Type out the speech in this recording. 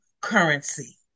currency